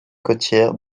côtière